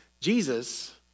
Jesus